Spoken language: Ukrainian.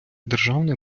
державний